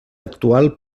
actual